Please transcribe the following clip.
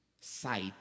sight